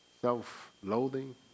Self-loathing